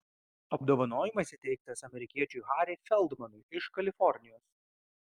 apdovanojimas įteiktas amerikiečiui harry feldmanui iš kalifornijos